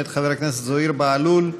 מאת חבר הכנסת זוהיר בהלול.